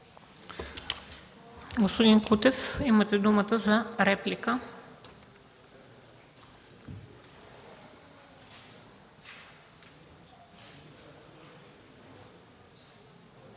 Господин Кутев, имате думата за реплика.